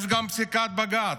יש גם פסיקת בג"ץ.